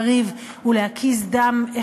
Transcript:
לריב ולהקיז דם,